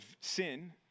sin